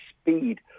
speed